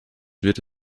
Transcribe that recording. wird